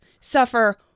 suffer